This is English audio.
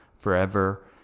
forever